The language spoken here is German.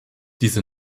diese